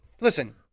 Listen